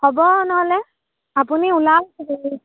হ'ব নহ'লে আপুনি ওলাওক